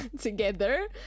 together